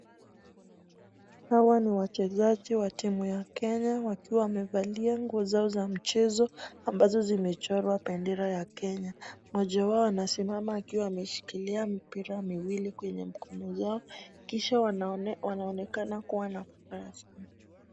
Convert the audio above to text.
Hawa ni wachezaji wa timu ya Kenya wakiwa wamevalia nguo zao za mchezo ambazo zimechorwa bendera ya Kenya. Mmoja wao anasimama akiwa ameshikilia mpira miwili kwenye mikono zao kisha wanaonekana kua na furaha sanaa.